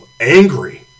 angry